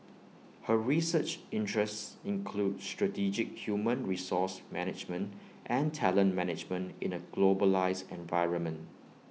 her research interests include strategic human resource management and talent management in A globalised environment